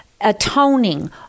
atoning